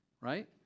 right